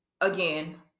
again